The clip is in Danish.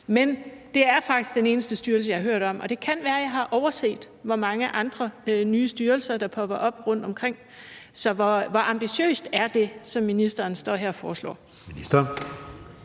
Men det er faktisk den eneste styrelse, jeg har hørt om her, og det kan være, jeg har overset, hvor mange andre nye styrelser der er poppet op rundtomkring. Så hvor ambitiøst er det, som ministeren står her og foreslår?